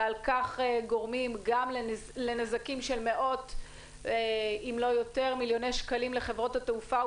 וגורמים גם לנזקים של מאות מיליוני שקלים ואם לא יותר לחברות התעופה,